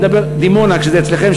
אני מדבר על דימונה כשזה "אצלכם",